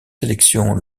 sélection